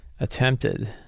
attempted